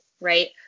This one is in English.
Right